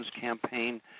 campaign